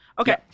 Okay